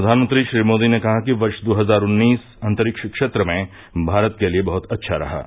प्रधानमंत्री श्री मोदी ने कहा कि वर्ष दो हजार उन्नीस अंतरिक्ष क्षेत्र में भारत के लिए बहत अच्छा रहा है